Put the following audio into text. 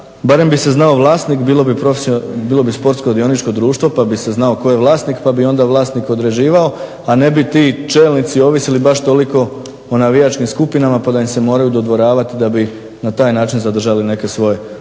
barem bi se znao vlasnik, bilo bi sportsko dioničko društvo pa bi se znalo tko je vlasnik pa bi onda vlasnik određivao, a ne bi ti čelnici ovisili baš toliko o navijačkim skupinama pa da im se moraju dodvoravati da bi na taj način zadržali neke svoje pozicije